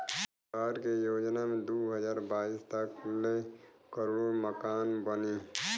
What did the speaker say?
सहर के योजना मे दू हज़ार बाईस तक ले करोड़ मकान बनी